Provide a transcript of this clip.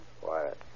Quiet